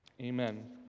Amen